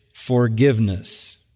Forgiveness